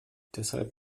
deshalb